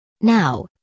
Now